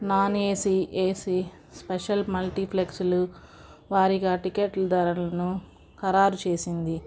non AC AC special మల్టీప్లెక్స్లు వారిగా టికెట్లు ధరలను ఖరారు చేసింది